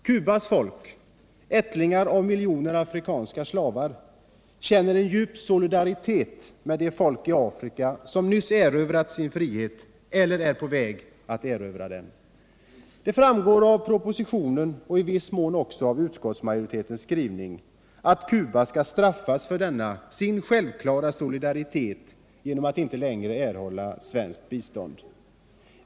Cubas folk, ättlingar av miljoner afrikanska slavar, känner en djup solidaritet med de folk i Afrika som nyss erövrat sin frihet eller är på väg att erövra den. Det framgår av propositionen och i viss mån av utskottsmajoritetens skrivning att Cuba skall straffas för denna sin självklara solidaritet genom att inte längre erhålla svenskt bistånd.